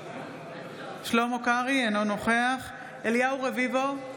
אינו נוכח אליהו רביבו,